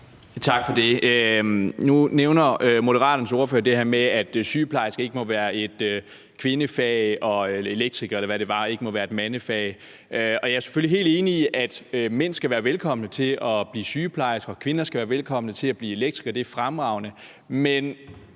Tak for det. Nu nævner Moderaternes ordfører det her med, at sygeplejerske ikke må være et kvindefag, og at elektriker, eller hvad det var, ikke må være et mandefag. Jeg er selvfølgelig helt enig i, at mænd skal være velkomne til at blive sygeplejerske og kvinder skal være velkomne til at blive elektriker, det er fremragende,